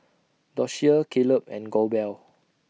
Doshia Caleb and Goebel